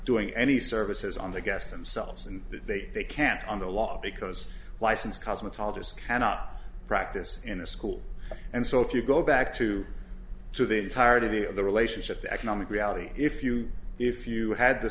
doing any services on the guest themselves and that they they can't on the law because license cosmetologists cannot practice in the school and so if you go back to to the entirety of the relationship the economic reality if you if you had the